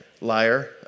Liar